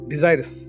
Desires